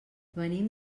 venim